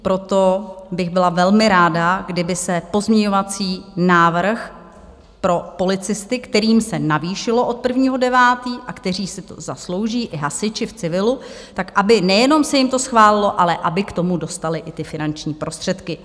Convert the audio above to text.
Proto bych byla velmi ráda, kdyby se pozměňovací návrh pro policisty, kterým se navýšilo od 1. 9. a kteří si to zaslouží, i hasiči v civilu, tak aby nejenom se jim to schválilo, ale aby k tomu dostali i ty finanční prostředky.